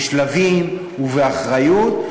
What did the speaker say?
בשלבים ובאחריות.